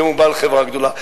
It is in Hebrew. היום הוא בעל חברה גדולה,